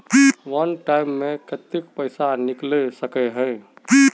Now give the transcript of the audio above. वन time मैं केते पैसा निकले सके है?